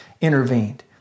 intervened